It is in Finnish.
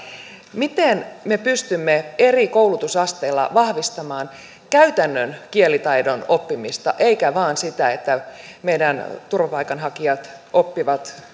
miten me pystymme eri koulutusasteilla vahvistamaan käytännön kielitaidon oppimista eikä vain sitä että meidän turvapaikanhakijamme oppivat